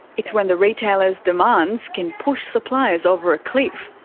it's when the retailers' demands can push suppliers over a cliff,